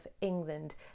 England